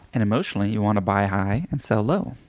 and emotionally, you want to buy high and sell low.